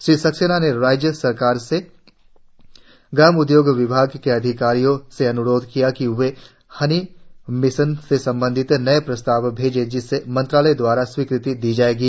श्री सक्सेना ने राज्य सरकार के ग्राम उद्योग विभाग के अधिकारियों से अनुरोध किया कि वे हानी मिशन से संबंधित नए प्रस्ताव भेजे जिससे मंत्रालय द्वारा स्वीकृति दी जायेगी